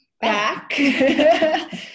back